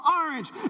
orange